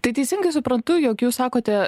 tai teisingai suprantu jog jūs sakote